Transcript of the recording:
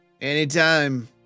anytime